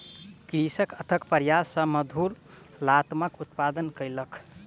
कृषक अथक प्रयास सॅ मधुर लतामक उत्पादन कयलक